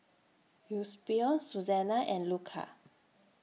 Eusebio Susanna and Luca